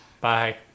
Bye